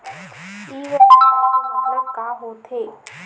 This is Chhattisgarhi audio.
ई व्यवसाय के मतलब का होथे?